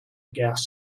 guess